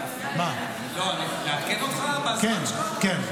לעכב אותך בזמן שלך?